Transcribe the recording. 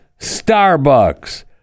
Starbucks